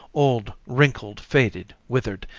old, wrinkled, faded, wither'd,